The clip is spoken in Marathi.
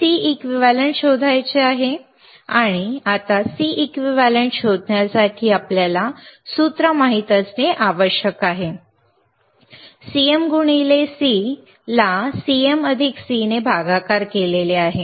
आपल्याला Cequivalent शोधायचे आहे आणि आता Cequivalent शोधण्यासाठी आपल्याला सूत्र माहित असणे आवश्यक आहे CM गुणिले C ला CM अधिक C ने भागाकार केले आहे